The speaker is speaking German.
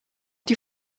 die